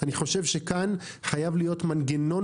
אני חושב שכאן חייב להיות מנגנון